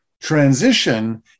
transition